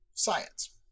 Science